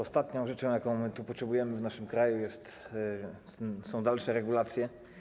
Ostatnią rzeczą, jakiej potrzebujemy w naszym kraju, są dalsze regulacje.